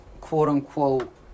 quote-unquote